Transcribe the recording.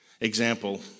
example